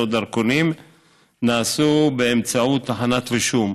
או דרכונים נעשו באמצעות תחנות רישום.